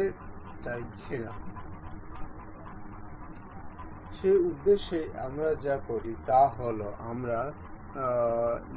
মধ্যে মেট যেতে হবে আবার এই ছোট উইন্ডোতে ক্লিক করুন